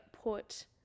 put